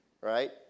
right